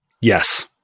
Yes